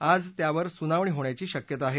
आज त्यावर सुनावणी होण्याची शक्यता आहे